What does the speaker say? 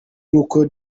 nk’uko